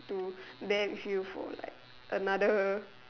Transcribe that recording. to there with you like for another